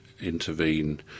intervene